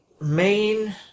main